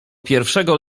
pierwszego